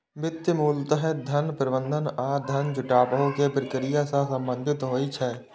वित्त मूलतः धन प्रबंधन आ धन जुटाबै के प्रक्रिया सं संबंधित होइ छै